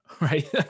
right